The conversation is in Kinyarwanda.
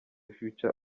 future